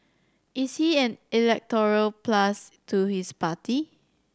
is he an electoral plus to his party